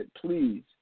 please